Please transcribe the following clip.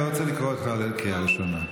אני לא רוצה לקרוא אותך לסדר קריאה ראשונה.